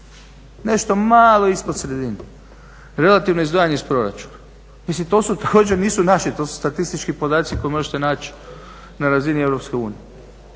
nešto malo ispod sredine, relativno izdvajanje iz proračuna. Mislim to su, također nisu naši, to su statistički podaci koje možete naći na razini